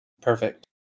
Perfect